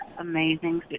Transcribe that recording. amazing